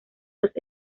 los